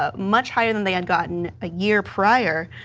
ah much higher than they had gotten a year prior.